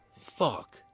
Fuck